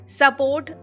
support